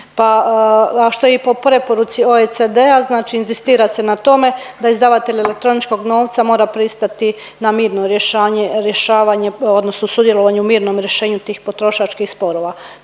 a što je i po preporuci OECD-a, znači inzistira se na tome da izdavatelj elektroničkog novca mora pristati na mirno rješavanje odnosno sudjelovanje u mirom rješenju tih potrošačkih sporova,